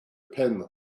pen